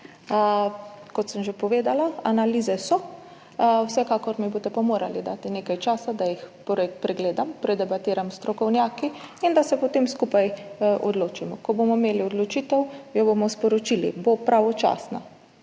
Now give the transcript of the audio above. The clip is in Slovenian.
Kot sem že povedala, analize so. Vsekakor mi boste pa morali dati nekaj časa, da jih pregledam, predebatiram s strokovnjaki in da se potem skupaj odločimo. Ko bomo imeli odločitev, jo bomo sporočili. Bo pravočasna.